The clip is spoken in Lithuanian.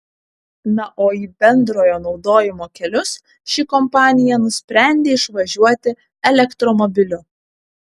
na o į bendrojo naudojimo kelius ši kompanija nusprendė išvažiuoti elektromobiliu